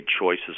choices